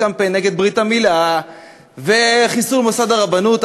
קמפיין נגד ברית המילה וחיסול מוסד הרבנות,